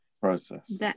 process